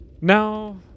Now